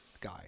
guy